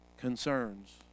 Concerns